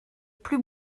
plus